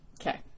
okay